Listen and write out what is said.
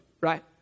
right